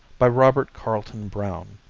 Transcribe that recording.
by robert carlton brown